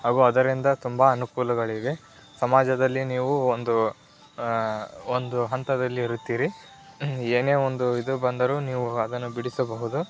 ಹಾಗೂ ಅದರಿಂದ ತುಂಬ ಅನುಕೂಲಗಳಿವೆ ಸಮಾಜದಲ್ಲಿ ನೀವು ಒಂದು ಒಂದು ಹಂತದಲ್ಲಿ ಇರುತ್ತೀರಿ ಏನೇ ಒಂದು ಇದು ಬಂದರೂ ನೀವು ಅದನ್ನು ಬಿಡಿಸಬಹುದು